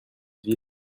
ville